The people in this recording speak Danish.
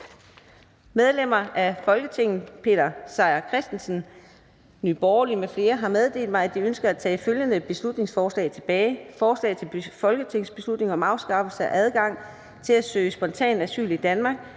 Medlemmer af Folketinget Peter Seier Christensen (NB) m.fl. har meddelt mig, at de ønsker at tage følgende beslutningsforslag tilbage: Forslag til folketingsbeslutning om afskaffelse af adgang til at søge spontant asyl i Danmark.